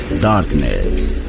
Darkness